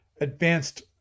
advanced